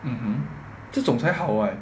mmhmm 这种才好 eh